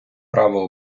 право